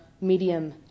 medium